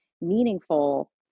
meaningful